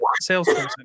salesperson